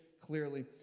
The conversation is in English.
clearly